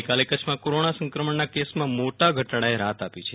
ગઈકાલે કચ્છમાં કોરોના સંક્રમણના કેસમાં મોટા ઘટાડાએ રાહત આપી છે